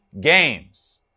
games